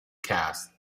cast